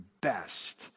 best